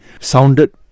sounded